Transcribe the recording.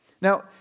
Now